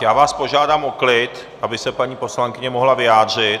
Já vás požádám o klid, aby se paní poslankyně mohla vyjádřit.